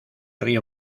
río